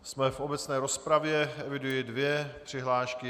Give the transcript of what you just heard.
Jsme v obecné rozpravě, eviduji dvě přihlášky.